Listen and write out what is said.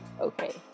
okay